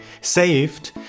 saved